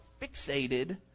fixated